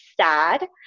sad